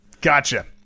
gotcha